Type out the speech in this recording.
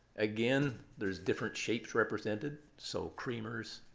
again, there's different shapes represented, so creamers,